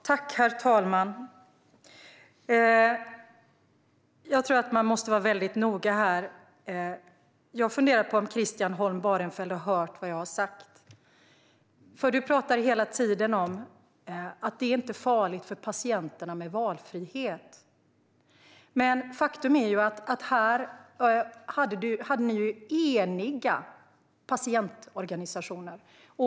Herr talman! Jag tror att man måste vara väldigt noga här, och jag funderar på om Christian Holm Barenfeld har hört vad jag har sagt. Han talar hela tiden om att valfrihet inte är farligt för patienterna. Men faktum är att det handlade om eniga patientorganisationer.